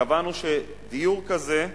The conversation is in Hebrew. קבענו שדיור כזה,